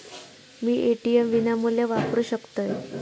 मी ATM विनामूल्य वापरू शकतय?